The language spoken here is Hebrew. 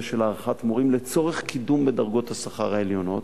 של הערכת מורים לצורך קידום בדרגות השכר העליונות,